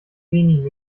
wenigen